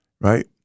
right